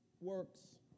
works